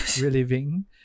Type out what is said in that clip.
reliving